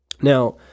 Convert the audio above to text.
Now